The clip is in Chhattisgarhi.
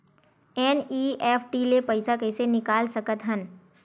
एन.ई.एफ.टी ले पईसा कइसे निकाल सकत हन?